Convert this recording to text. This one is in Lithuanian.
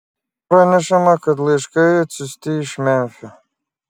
pranešama kad laiškai atsiųsti iš memfio